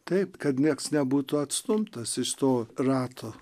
taip kad niekas nebūtų atstumtas iš to rato